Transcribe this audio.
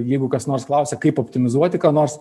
jeigu kas nors klausia kaip optimizuoti ką nors